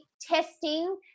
testing